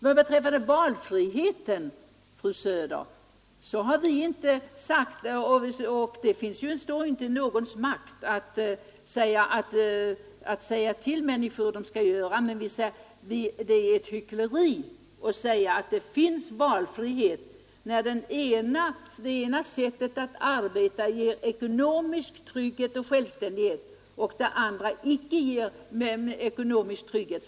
Men beträffande valfriheten, fru Söder, har vi inte — och det står inte i någons makt — föreskrivet för människor hur de skall göra. Men vi säger att det är ett hyckleri att påstå att det finns valfrihet när det ena sättet att arbeta ger ekonomisk trygghet och självständighet medan det andra inte ger en motsvarande ekonomisk trygghet.